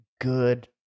good